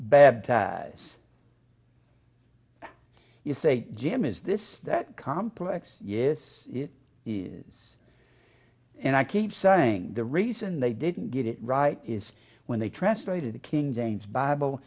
as you say jim is this that complex yes it is and i keep saying the reason they didn't get it right is when they translated the king james bible